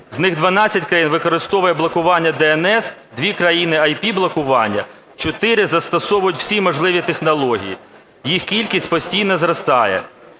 З них 12 країн використовує блокування DNS, 2 країни – ІР-блокування, 4 – застосовують всі можливі технології. Їх кількість постійно зростає.